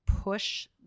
push